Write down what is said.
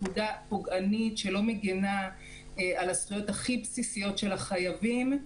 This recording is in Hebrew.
פקודה פוגענית שלא מגינה על הזכויות הבסיסיות של החייבים.